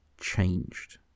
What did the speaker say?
changed